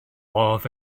oedd